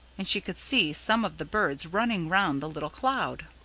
and she could see some of the birds running round the little cloud.